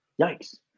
yikes